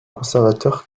conservateur